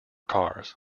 cars